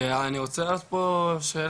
ואני רוצה רק לשאול שאלה.